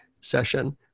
session